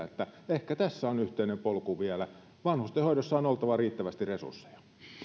ehkä tässä on yhteinen polku vielä vanhustenhoidossa on oltava riittävästi resursseja